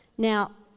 Now